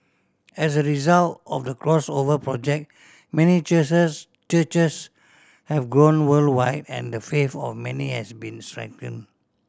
as a result of the Crossover Project many churches have grown worldwide and the faith of many has been strengthen